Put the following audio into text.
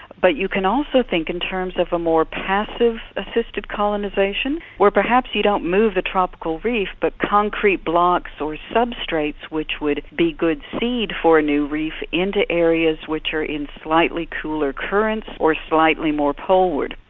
but you can also think in terms of a more passive assisted colonisation where perhaps you don't move the tropical reef but concrete blocks or substrates which would be good seed for a new reef into areas which are in slightly cooler currents or slightly more pole-ward.